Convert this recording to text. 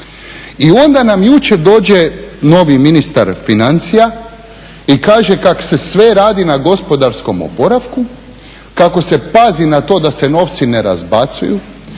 I onda nam jučer dođe novi ministar financija i kaže kak se sve radi na gospodarskom oporavku, kako se pazi na to da se novci ne razbacuju,